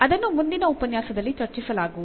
ಅದನ್ನು ಮುಂದಿನ ಉಪನ್ಯಾಸದಲ್ಲಿ ಚರ್ಚಿಸಲಾಗುವುದು